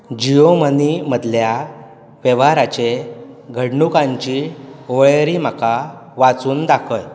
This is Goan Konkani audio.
जियो मनी मदल्या वेव्हाराचे घडणुकांची वळेरी म्हाका वाचून दाखय